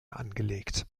angelegt